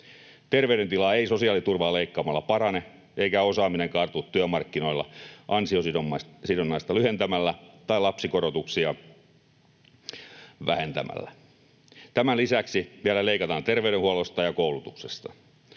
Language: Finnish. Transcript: Terveydentila ei sosiaaliturvaa leikkaamalla parane, eikä osaaminen kartu työmarkkinoilla ansiosidonnaista lyhentämällä tai lapsikorotuksia vähentämällä. Tämän lisäksi vielä leikataan terveydenhuollosta ja koulutuksesta